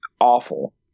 awful